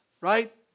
right